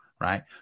right